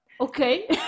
okay